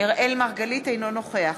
אינו נוכח